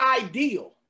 ideal